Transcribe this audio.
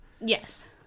yes